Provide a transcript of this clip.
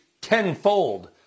tenfold